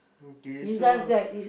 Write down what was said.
okay so